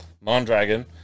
Mondragon